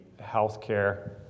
healthcare